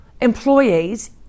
employees